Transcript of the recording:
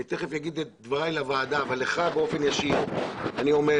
אני תכף אומר את דבריי לוועדה אבל לך באופן ישיר אני אומר